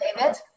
David